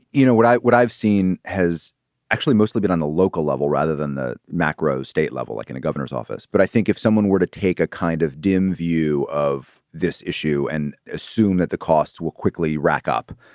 you know, what i what i've seen has actually mostly been on the local level rather than the macro state level, like in a governor's office. but i think if someone were to take a kind of dim view of this issue and assume that the costs will quickly rack up,